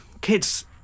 kids